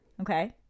Okay